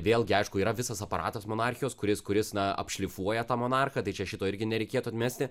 vėlgi aišku yra visas aparatas monarchijos kuris kuris na apšlifuoja tą monarchą tai čia šito irgi nereikėtų atmesti